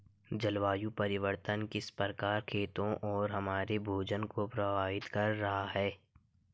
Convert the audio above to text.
जलवायु परिवर्तन किस प्रकार खेतों और हमारे भोजन को प्रभावित कर रहा है?